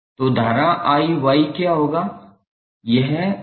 तो धारा 𝐼𝑌 क्या होगा